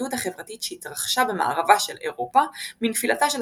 וההתמוטטות החברתית שהתרחשה במערבה של אירופה מנפילתה של